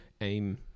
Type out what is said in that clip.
aim